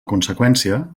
conseqüència